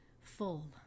full